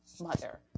mother